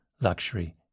Luxury